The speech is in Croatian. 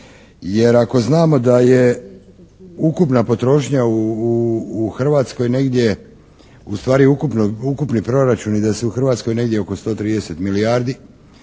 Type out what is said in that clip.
jer ako znamo da je ukupna potrošnja u Hrvatskoj negdje u stvari ukupni proračuni da su u Hrvatskoj negdje oko 130 milijardi